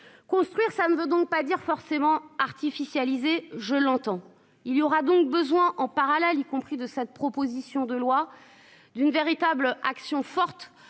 Construire, ça ne veut donc pas dire forcément artificialiser je l'entends il y aura donc besoin en parallèle, y compris de cette proposition de loi d'une véritable action forte